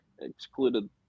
excluded